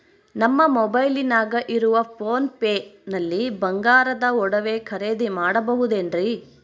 ನಮ್ಮ ಮೊಬೈಲಿನಾಗ ಇರುವ ಪೋನ್ ಪೇ ನಲ್ಲಿ ಬಂಗಾರದ ಒಡವೆ ಖರೇದಿ ಮಾಡಬಹುದೇನ್ರಿ?